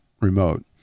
remote